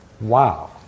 Wow